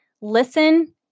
listen